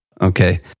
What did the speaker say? Okay